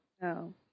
No